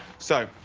so,